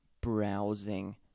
browsing